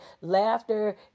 laughter